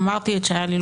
אמרתי את שהיה לי לומר.